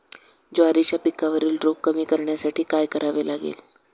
ज्वारीच्या पिकावरील रोग कमी करण्यासाठी काय करावे लागेल?